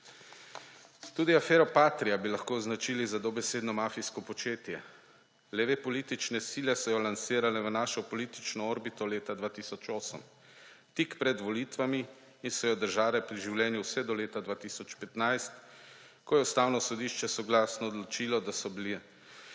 Tudi afero Patria bi lahko označili za dobesedno mafijsko početje. Leve politične sile so jo lansirale v našo politično orbito leta 2008 tik pred volitvami in so jo držale pri življenju vse do leta 2015, ko je Ustavno sodišče soglasno odločilo, da so